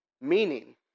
Meaning